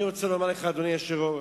אני רוצה לומר לך, אדוני היושב-ראש,